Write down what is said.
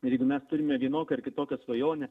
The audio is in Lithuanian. ir jeigu mes turime vienokią ar kitokią svajonę